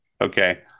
Okay